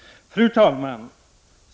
Fru talman!